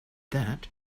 that